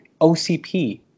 OCP